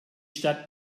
stadt